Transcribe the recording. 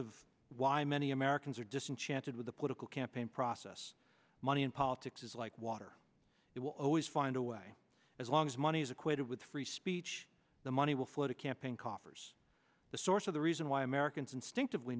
of why many americans are disenchanted with the political campaign process money and politics is like water it will always find a way as long as money is equated with free speech the money will flow to campaign coffers the source of the reason why americans instinctively